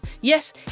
Yes